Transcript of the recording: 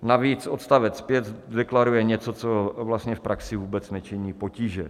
Navíc odstavec 5 deklaruje něco, co vlastně v praxi vůbec nečiní potíže.